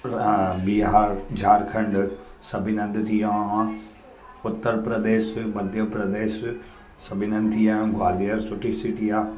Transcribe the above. हा बिहार झारखंड सभिनि हंधि थी आहियो आहियां उत्तर प्रदेश मध्य प्रदेश सभिनि हंधि थी आहियो आहियां ग्वालियर सुठी सिटी आहे